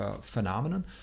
phenomenon